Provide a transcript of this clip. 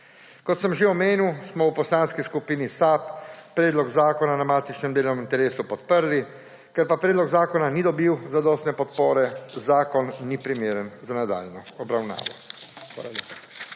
Kot sem že omenil, smo v Poslanski skupini SAB predlog zakona na matičnem delovnem telesu podprli, ker pa predlog zakona ni dobil zadostne podpore, zakon ni primeren za nadaljnjo obravnavo.